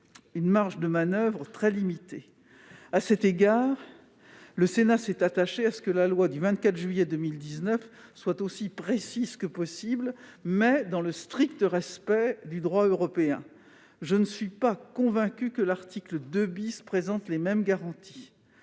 qu'une marge de manoeuvre très limitée. À cet égard, le Sénat s'est attaché à ce que la loi du 24 juillet 2019 soit aussi précise que possible, mais dans le strict respect du droit européen. En revanche, je ne suis pas convaincue que l'article 2 présente les mêmes garanties.